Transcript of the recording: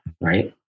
right